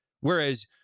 Whereas